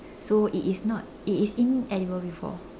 so it is not it is inedible before